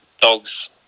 dogs